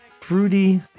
fruity